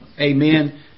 Amen